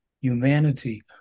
humanity